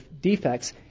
defects